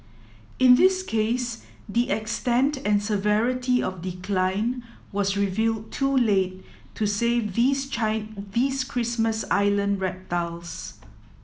in this case the extent and severity of decline was revealed too late to save these these Christmas Island reptiles